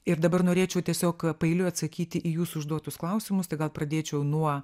ir dabar norėčiau tiesiog paeiliui atsakyti į jūsų užduotus klausimus tai gal pradėčiau nuo